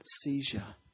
seizure